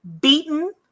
beaten